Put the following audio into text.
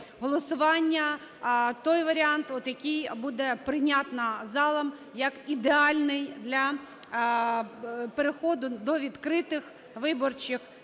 голосування той варіант, який буде прийнятий залом як ідеальний для переходу до відкритих виборчих